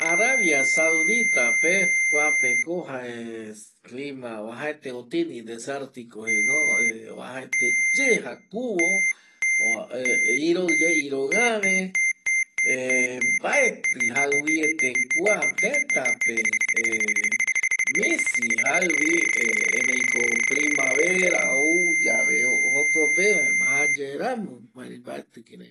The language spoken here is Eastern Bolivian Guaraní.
Arabia saudita pe ko jae clima desertico, uajaete ye jakuvo iroi ye iroi äve mbaeti jaïvi ete kua teta pe misi jaïvi ˂hesitation˃ erei ko primavera ouyave jokope vaeti ma kirei mbate